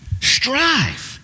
Strive